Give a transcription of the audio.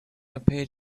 appeared